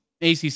ACC